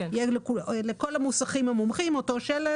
לכל המוסכים המומחים יהיה אותו שלט.